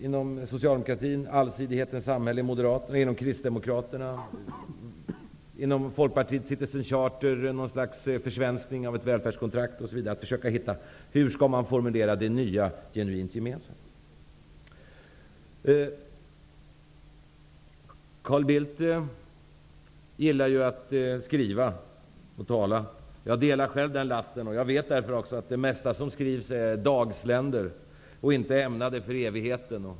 Inom socialdemokratin, allsidigheten i samhället inom Folkpartiet är det Citizens Charter -- ett slags försvenskning av ett välfärdskontrakt, osv. Det gäller att hitta hur det nya genuint gemensamma skall formuleras. Carl Bildt gillar ju att skriva och tala. Jag delar själv den lasten, och jag vet därför också att det mesta som skrivs är dagsländor och inte är ämnat för evigheten.